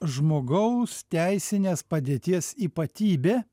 žmogaus teisinės padėties ypatybė